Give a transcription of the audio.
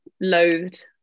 loathed